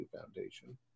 Foundation